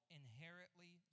inherently